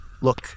Look